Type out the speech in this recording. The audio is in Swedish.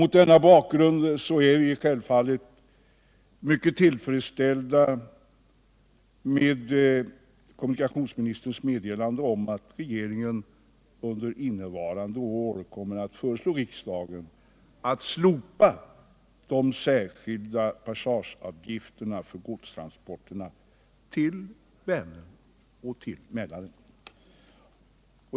Mot denna bakgrund är vi självfallet mycket tillfredsställda med kommunikationsministerns meddelande att regeringen under innevarande år kommer att föreslå riksdagen att slopa de särskilda passageavgifterna för godstransporterna till Vänern och Mälaren.